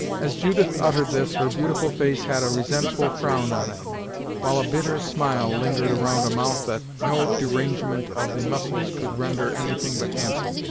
as judith uttered this, her beautiful face had a resentful frown on it while a bitter smile lingered around a mouth that no derangement of the muscles could render anything but handsome.